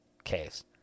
case